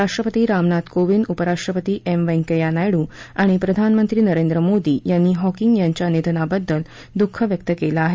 राष्ट्रपती रामनाथ कोविंद उप राष्ट्रपती एम व्यंकय्या नायडू आणि प्रधानमंत्री नरेंद्र मोदी यांनी हॉकिंग यांच्या निधनाबद्दल दुःख व्यक्त केलं आहे